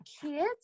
kids